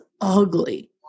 ugly